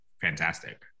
fantastic